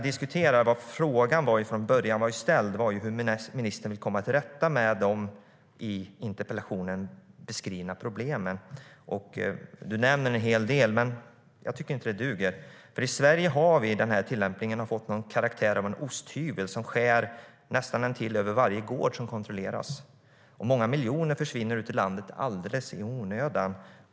Den fråga som från början ställdes var hur ministern vill komma till rätta med de problem som beskrivs i interpellationen. Du nämner en hel del. Men jag tycker inte att det duger. I Sverige har den här tillämpningen fått karaktären av en osthyvel som skär över nästan varje gård som kontrolleras. Många miljoner försvinner ut ur landet alldeles i onödan.